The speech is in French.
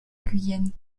guyenne